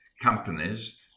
companies